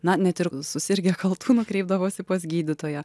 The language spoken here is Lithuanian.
na net ir susirgę kaltūnu kreipdavosi pas gydytoją